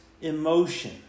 emotion